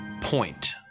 point